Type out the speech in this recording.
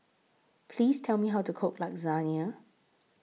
Please Tell Me How to Cook Lasagne